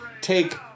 take